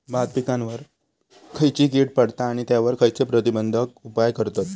भात पिकांवर खैयची कीड पडता आणि त्यावर खैयचे प्रतिबंधक उपाय करतत?